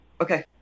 Okay